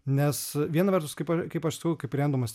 nes viena vertus kaip kaip aš sakau kaip remdamas